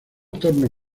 entorno